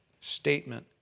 statement